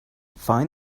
find